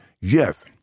yes